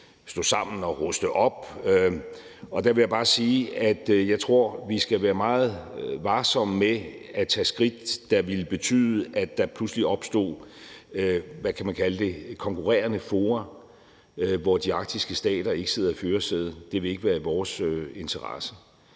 stå sammen og ruste op. Der vil jeg bare sige, at jeg tror, vi skal være meget varsomme med at tage skridt, der ville betyde, at der pludselig opstod nogle, hvad kan man kalde det, konkurrerende fora, hvor de arktiske stater ikke sidder i førersædet. Det vil ikke være i vores interesse.